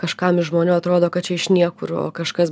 kažkam iš žmonių atrodo kad čia iš niekur o kažkas